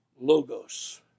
logos